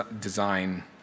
design